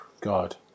god